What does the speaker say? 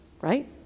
right